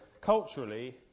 Culturally